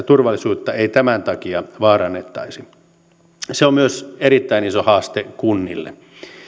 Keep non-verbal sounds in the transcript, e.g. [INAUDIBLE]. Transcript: [UNINTELLIGIBLE] turvallisuutta ei tämän takia vaarannettaisi se on myös erittäin iso haaste kunnille